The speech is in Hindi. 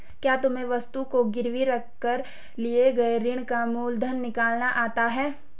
क्या तुम्हें वस्तु को गिरवी रख कर लिए गए ऋण का मूलधन निकालना आता है?